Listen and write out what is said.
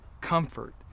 comfort